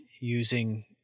using